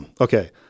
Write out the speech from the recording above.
Okay